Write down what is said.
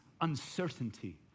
uncertainty